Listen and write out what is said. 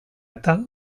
eta